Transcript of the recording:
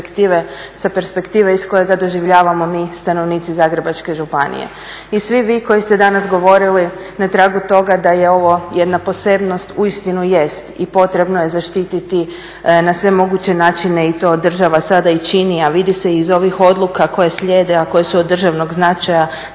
sa perspektive iz koje ga doživljavamo mi stanovnici Zagrebačke županije. I svi vi koji ste danas govorili na tragu toga da je ovo jedna posebnost, uistinu jest i potrebno je zaštiti na sve moguće načine i to država sada i čini a vidi se i iz ovih odluka koje slijede a koje su od državnog značaja